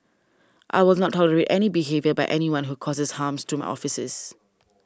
I will not tolerate any behaviour by anyone who causes harms to my offices